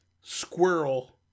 squirrel